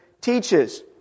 teaches